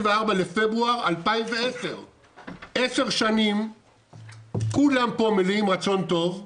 בפברואר 2010. עשר שנים כולם פה מלאים רצון טוב,